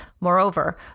Moreover